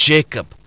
Jacob